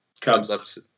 Cubs